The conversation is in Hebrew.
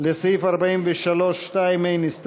לסעיף 43(2) אין הסתייגויות,